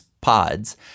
pods